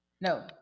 No